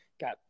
got